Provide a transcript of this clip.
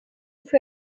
für